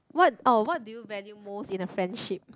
what oh what do you value most in a friendship